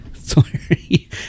Sorry